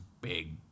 big